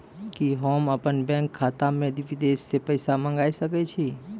कि होम अपन बैंक खाता मे विदेश से पैसा मंगाय सकै छी?